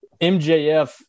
MJF